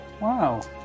Wow